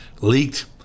leaked